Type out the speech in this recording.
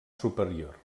superior